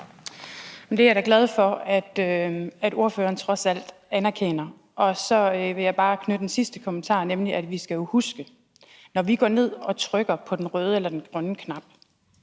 Det er jeg da glad for at ordføreren trods alt anerkender. Så vil jeg bare knytte en sidste kommentar til det, nemlig at vi jo skal huske, at når man går ned og trykker på den grønne knap,